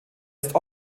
ist